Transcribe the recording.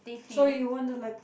so you want to like